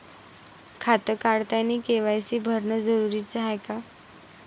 खातं काढतानी के.वाय.सी भरनं जरुरीच हाय का?